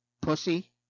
pussy